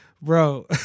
bro